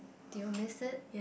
do you miss it